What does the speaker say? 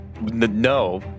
no